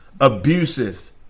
abusive